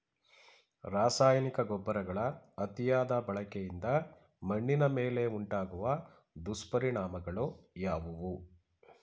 ರಾಸಾಯನಿಕ ಗೊಬ್ಬರಗಳ ಅತಿಯಾದ ಬಳಕೆಯಿಂದ ಮಣ್ಣಿನ ಮೇಲೆ ಉಂಟಾಗುವ ದುಷ್ಪರಿಣಾಮಗಳು ಯಾವುವು?